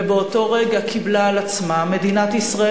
ובאותו רגע קיבלה על עצמה מדינת ישראל